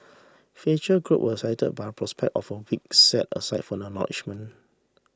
feature group were excited by the prospect of a week set aside for acknowledgement